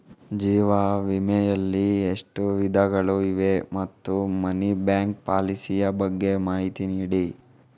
ಜೀವ ವಿಮೆ ಯಲ್ಲಿ ಎಷ್ಟು ವಿಧಗಳು ಇವೆ ಮತ್ತು ಮನಿ ಬ್ಯಾಕ್ ಪಾಲಿಸಿ ಯ ಬಗ್ಗೆ ಮಾಹಿತಿ ನೀಡಿ?